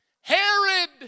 Herod